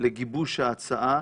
בגיבוש ההצעה.